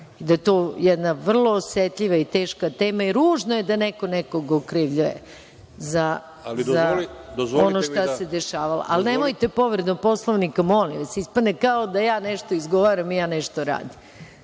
da je to jedna vrlo osetljiva i teška tema i ružno je da neko nekog okrivljuje za ono šta se dešavalo. Nemojte povredu Poslovnika, molim vas. Ispadne kao da ja nešto izgovaram, da ja nešto radim.